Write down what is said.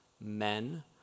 men